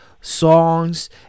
songs